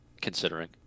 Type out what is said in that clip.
considering